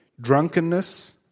drunkenness